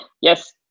Yes